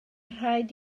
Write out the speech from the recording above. rhaid